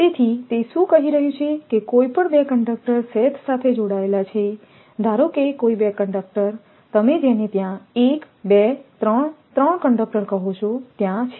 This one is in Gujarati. તેથી તે શું કહી રહ્યું છે કે કોઈપણ 2 કંડક્ટર શેથ સાથે જોડાયેલા છે ધારો કે કોઈ 2 કંડક્ટર તમે જેને ત્યાં 1 2 3 ત્રણ કંડક્ટર કહો છો ત્યાં છે